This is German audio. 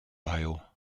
ohio